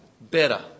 better